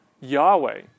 Yahweh